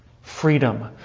freedom